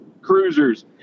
cruisers